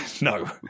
No